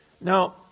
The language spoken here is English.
Now